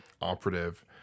operative